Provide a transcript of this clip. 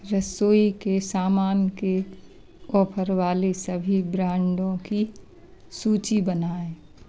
रसोई के सामान के ऑफ़र वाले सभी ब्रांडों की सूची बनाएँ